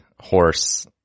horse